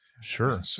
Sure